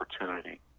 opportunity